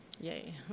Yay